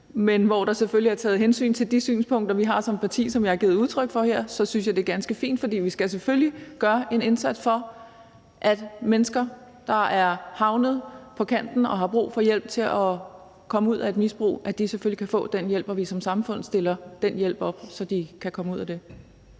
men hvor der selvfølgelig er taget hensyn til de synspunkter, vi har som parti, og som jeg har givet udtryk for her, så synes jeg, det er ganske fint. For vi skal selvfølgelig gøre en indsats for, at mennesker, der er havnet på kanten, og som har brug for hjælp til at komme ud af et misbrug, kan få den hjælp, hvor vi som samfund stiller den hjælp op, så de kan komme ud af det.